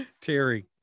Terry